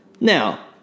Now